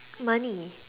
money